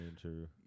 true